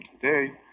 today